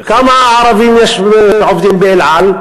כמה ערבים עובדים ב"אל על"?